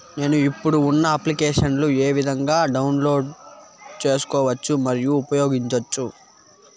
నేను, ఇప్పుడు ఉన్న అప్లికేషన్లు ఏ విధంగా డౌన్లోడ్ సేసుకోవచ్చు మరియు ఉపయోగించొచ్చు?